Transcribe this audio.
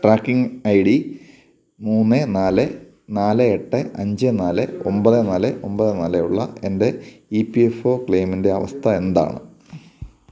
tracking I D മൂന്ന് നാല് നാല് എട്ട് അഞ്ച് നാല് ഒമ്പത് നാല് ഒമ്പത് നാല് ഉള്ള എൻ്റെ ഇ പി എഫ് ഒ ക്ലെയിമിൻ്റെ അവസ്ഥ എന്താണ്